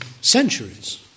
centuries